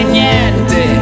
niente